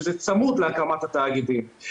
שזה צמוד להקמת התאגידים,